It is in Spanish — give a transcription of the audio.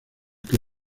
que